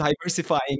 diversifying